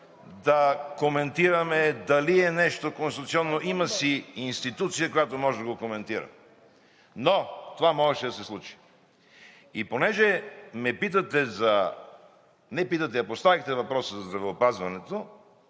да коментираме дали е нещо конституционно. Има си институция, която може да го коментира, но това можеше да се случи. Понеже поставихте въпроса за здравеопазването,